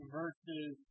verses